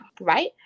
right